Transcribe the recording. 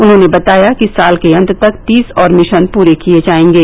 उन्होंने बताया कि साल के अंत तक तीस और मिशन पूरे किए जाएंगे